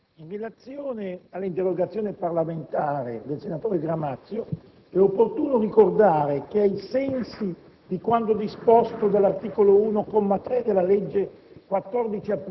in relazione all'interrogazione del senatore Gramazio è opportuno ricordare che, ai sensi di quanto disposto dall'articolo 1, comma 3, della legge